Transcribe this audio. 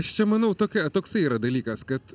aš čia manau tokia toksai yra dalykas kad